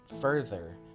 further